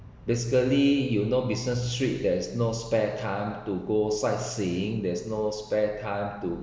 basically you know business trip there's no spare time to go sightseeing there's no spare time to